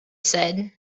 said